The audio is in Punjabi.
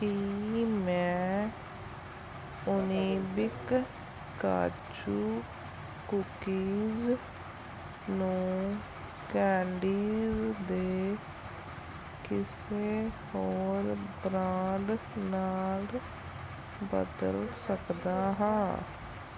ਕੀ ਮੈਂ ਉਣੀਬਿਕ ਕਾਜੂ ਕੂਕੀਜ਼ ਨੂੰ ਕੈਂਡੀਜ਼ ਦੇ ਕਿਸੇ ਹੋਰ ਬ੍ਰਾਂਡ ਨਾਲ ਬਦਲ ਸਕਦਾ ਹਾਂ